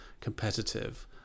competitive